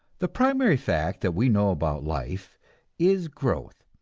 the primary fact that we know about life is growth.